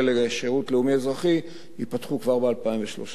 לשירות לאומי-אזרחי ייפתחו כבר ב-2013.